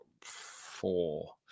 four